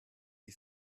die